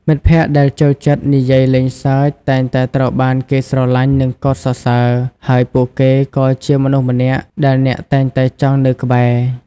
មិត្តភក្តិដែលចូលចិត្តនិយាយលេងសើចតែងតែត្រូវបានគេស្រឡាញ់និងកោតសរសើរ ហើយពួកគេក៏ជាមនុស្សម្នាក់ដែលអ្នកតែងតែចង់នៅក្បែរ។